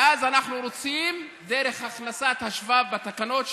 ואז אנחנו רוצים, דרך הכנסת השבב, בתקנות שאושרו,